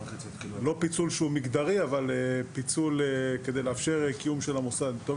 לא פיצול שהוא מגדרי אבל פיצול כדי לאפשר קיום טוב יותר של המוסד.